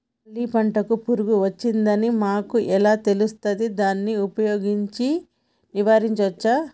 పల్లి పంటకు పురుగు వచ్చిందని మనకు ఎలా తెలుస్తది దాన్ని ఉపయోగించి నివారించవచ్చా?